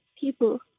people